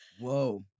Whoa